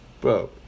bro